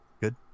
Good